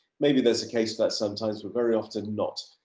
maybe that's the case that sometimes very often not.